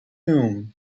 tomb